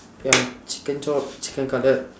ya chicken chop chicken cutlet